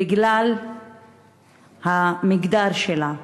בגלל המגדר שלה.